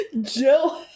Jill